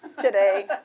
today